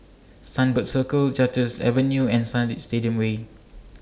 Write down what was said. Sunbird Circle Duchess Avenue and Stadium Way